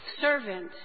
servant